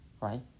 right